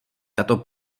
tato